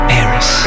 Paris